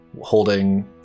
holding